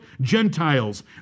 Gentiles